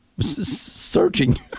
searching